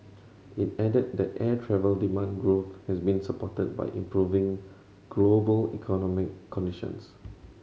it added that air travel demand growth has been supported by improving global economic conditions